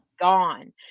gone